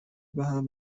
بهم